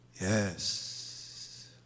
Yes